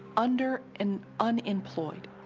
under and unemployed